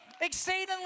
exceedingly